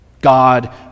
God